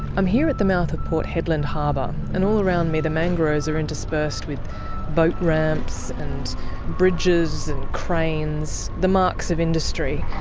i'm here at the mouth of port hedland harbour and all around me the mangroves are interspersed with boat ramps and bridges and cranes, the marks of industry.